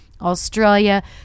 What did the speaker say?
Australia